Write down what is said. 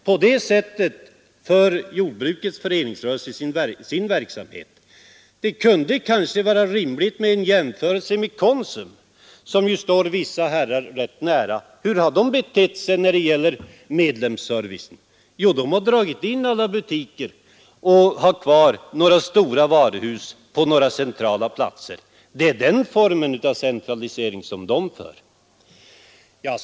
På det sättet bedriver jordbrukets föreningsrörelser sin verksamhet. Det kunde kanske vara rimligt med en jämförelse med Konsum, som ju står vissa herrar rätt nära. Hur har de betett sig när det gäller medlemsservicen? Jo, de har dragit in alla butiker och har kvar några stora varuhus på centrala platser. Det är den formen av centralisering som de tillämpar.